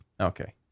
Okay